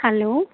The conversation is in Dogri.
हैलो